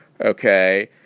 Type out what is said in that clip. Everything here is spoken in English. okay